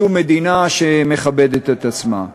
בשום מדינה שמכבדת את עצמה.